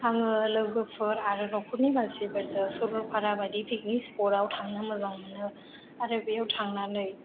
आङो लोगोफोर आरो नखरनि मानसिफोरजों सरलफारा बायदि फिकनिक स्पट आव थांनो मोजां मोनो आरो बेयाव थांनानै